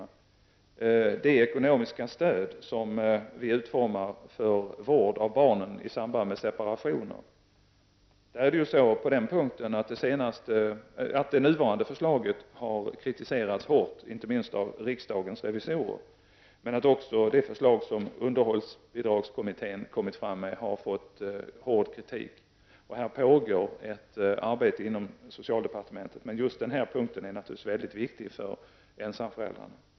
När det gäller det ekonomiska stöd som utformas för vård av barnen i samband med separationer har det nuvarande förslaget kritiserats hårt, inte minst av riksdagens revisorer. Även det förslag som underhållsbidragskommittén har lagt fram har fått hård kritik. Det pågår ett arbete inom socialdepartementet, men just den här punkten är naturligtvis angelägen för ensamföräldrarna.